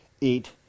eat